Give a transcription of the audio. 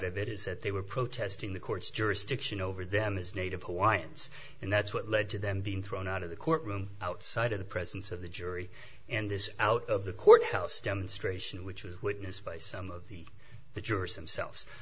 of it is that they were protesting the court's jurisdiction over them as native hawaiians and that's what led to them being thrown out of the courtroom outside of the presence of the jury and this out of the courthouse demonstration which was witnessed by some of the jurors themselves